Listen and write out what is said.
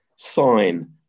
sign